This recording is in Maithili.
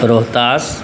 रोहतास